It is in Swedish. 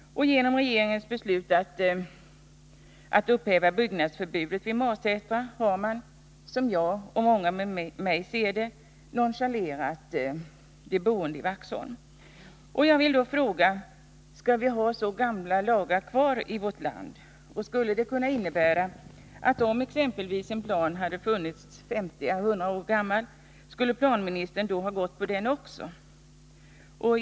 Genom regeringens beslut att upphäva byggnadsförbudet vid Marsätra har man, som jag och många med mig ser det, helt enkelt nonchalerat de boende i Vaxholm. Jag vill då fråga: Skall vi ha kvar så gamla lagar i vårt land? Skulle det kunna innebära att, om exempelvis en 50 eller rent av 100 år gammal plan hade funnits, planministern lika väl skulle ha anslutit till den?